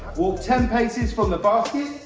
walk ten paces from the basket,